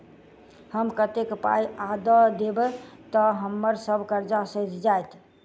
हम कतेक पाई आ दऽ देब तऽ हम्मर सब कर्जा सैध जाइत?